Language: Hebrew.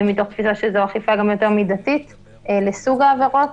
מתוך תפיסה שזו אכיפה גם יותר מידתית לסוג העבירות,